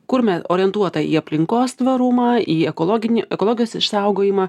kur orientuota į aplinkos tvarumą į ekologinį ekologijos išsaugojimą